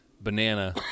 banana